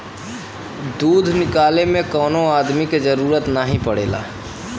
दूध निकाले में कौनो अदमी क जरूरत नाही पड़ेला